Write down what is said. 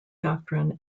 doctrine